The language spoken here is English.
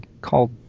called